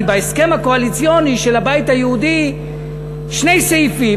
בהסכם הקואליציוני של הבית היהודי שני סעיפים,